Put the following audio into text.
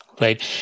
Right